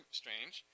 strange